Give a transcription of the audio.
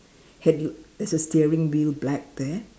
headl~ there's a steering wheel black there